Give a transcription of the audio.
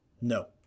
No